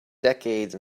decades